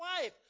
wife